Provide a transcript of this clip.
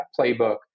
playbook